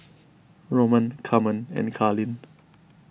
Roland Carmen and Carlyn